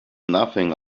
nothing